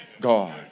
God